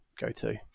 go-to